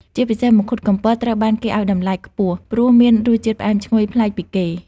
ជាពិសេស មង្ឃុតកំពត ត្រូវបានគេឲ្យតម្លៃខ្ពស់ព្រោះមានរសជាតិផ្អែមឈ្ងុយប្លែកពីគេ។